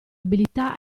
abilità